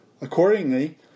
Accordingly